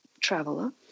traveler